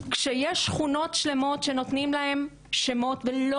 כשיש שכונות שלמות שנותנים להם שמות ולא